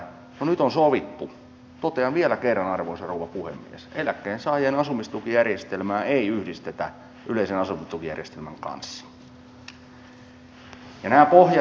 no nyt on sovittu totean vielä kerran arvoisa rouva puhemies että eläkkeensaajien asumistukijärjestelmää ei yhdistetä yleisen asumistukijärjestelmän kanssa